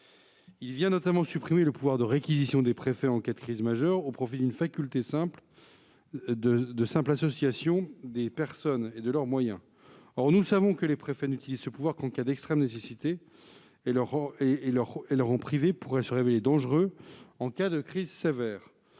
Il vient notamment supprimer le pouvoir de réquisition des préfets en cas de crise majeure au profit d'une faculté de simple association des personnes et de leurs moyens. Or nous savons que les préfets n'utilisent ce pouvoir qu'en cas d'extrême nécessité. Les en priver pourrait se révéler dangereux en cas de crise sévère.